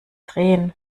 drehen